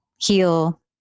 heal